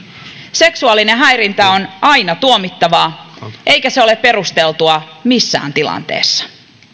seksuaalinen häirintä on aina tuomittavaa eikä se ole perusteltua missään tilanteessa